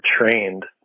trained